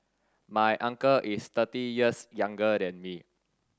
my uncle is thirty years younger than me